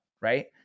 right